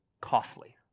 costly